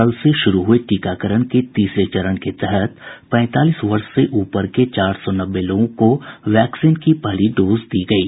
कल से शुरू हुये टीकाकरण के तीसरे चरण के तहत पैंतालीस वर्ष से ऊपर के चार सौ नब्बे लोगों को वैक्सीन की पहली डोज दी गयी